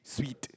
sweet